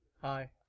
Hi